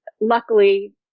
luckily